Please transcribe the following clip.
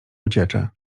uciecze